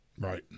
right